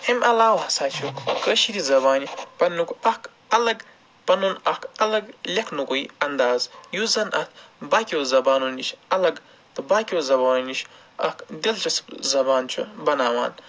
اَمہِ علاوٕ ہسا چھُ کٲشرِ زَبانہِ پنٛنُک اکھ الگ پَنُن اکھ اَلگ لٮ۪کھنُکُے اَندازٕ یُس زَن اَتھ باقیو زَبانو نِش اَلگ تہٕ باقیو زَبانو نِش اکھ دِلچَسپ زَبان چھُ بَناوان